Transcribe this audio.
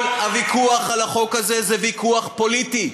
כל הוויכוח על החוק הוא ויכוח פוליטי.